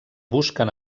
busquen